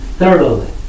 thoroughly